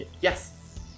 Yes